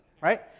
Right